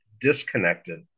disconnected